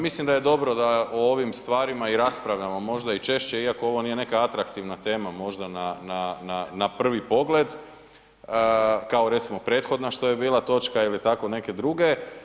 Mislim da je dobro da o ovom stvarima raspravljamo možda i češće iako ovo nije neka atraktivna tema možda na prvi pogled, kao recimo prethodna što je bila točka ili tako neke druge.